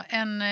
en